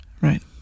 Right